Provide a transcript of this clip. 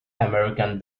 american